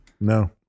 No